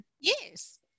Yes